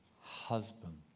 husband